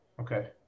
Okay